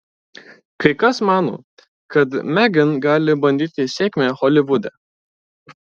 kai kas mano kad megan gali bandyti sėkmę holivude